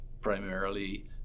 primarily